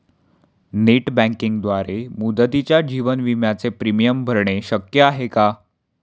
Net बँकिंगद्वारे मुदतीच्या जीवन विम्याचे प्रीमियम भरणे शक्य आहे का?